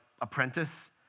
apprentice